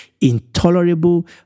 intolerable